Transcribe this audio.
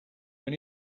when